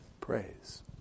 praise